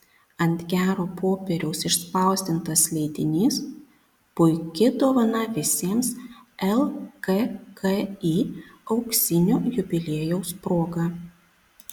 ant gero popieriaus išspausdintas leidinys puiki dovana visiems lkki auksinio jubiliejaus proga